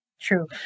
True